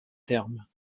terme